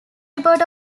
report